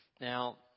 Now